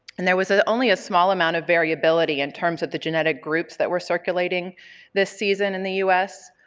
and there was ah only a small amount of variability in terms of the genetic groups that were circulating this season in the us,